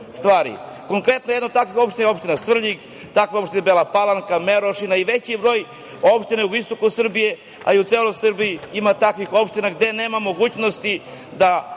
stvari. Konkretno, jedna takva opština je opština Svrljig, takva opština je Bela Palanka, Merošina i veći broj opština na jugoistoku Srbije, a i u celoj Srbiji ima takvih opština gde nema mogućnosti da